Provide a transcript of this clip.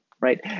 right